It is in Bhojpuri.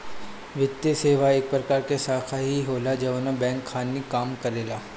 वित्तीये सेवा एक प्रकार के शाखा ही होला जवन बैंक खानी काम करेला